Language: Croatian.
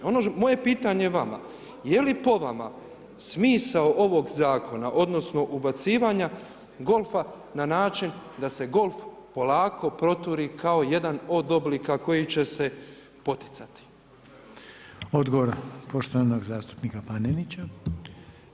Moje pitanje je vama, je li po vama smisao ovoga zakona odnosno ubacivanja golfa na način da se golf polako proturi kao jedan od oblika koji će se poticati?